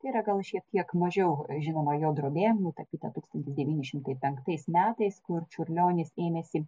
tai yra gal šiek tiek mažiau žinoma jo drobė nutapyta tūkstantis devyni šimatai penktais metais kur čiurlionis ėmėsi